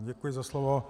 Děkuji za slovo.